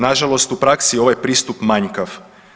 Nažalost u praksi je ovaj pristup manjkav.